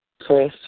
Chris